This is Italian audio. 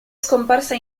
scomparsa